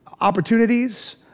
opportunities